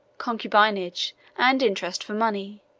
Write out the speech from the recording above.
concubinage, and interest for money,